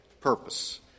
purpose